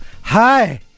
Hi